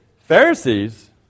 Pharisees